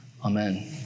Amen